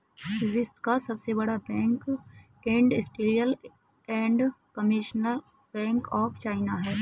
विश्व का सबसे बड़ा bank industrial and commercial bank of China है